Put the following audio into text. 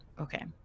Okay